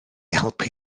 helpu